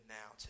now